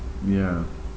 ya